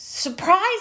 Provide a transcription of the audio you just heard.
Surprise